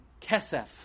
Kesef